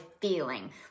feeling